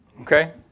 Okay